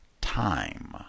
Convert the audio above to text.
time